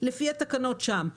לפי התקנות שם.